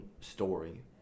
story